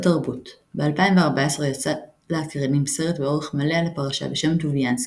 בתרבות ב-2014 יצא לאקרנים סרט באורך מלא על הפרשה בשם "טוביאנסקי",